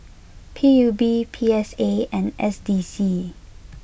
P U B P S A and S D C